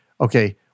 okay